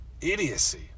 idiocy